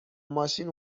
ماشین